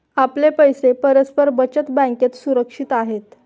आपले पैसे परस्पर बचत बँकेत सुरक्षित आहेत